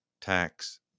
tax